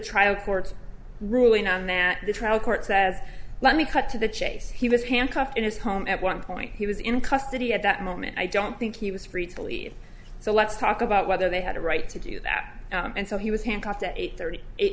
trial court's ruling on that the trial court says let me cut to the chase he was handcuffed in his home at one point he was in custody at that moment i don't think he was free to leave so let's talk about whether they had a right to do that and so he was handcuffed at eight thirty eight